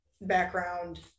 background